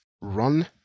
run